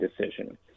decision